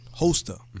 Hoster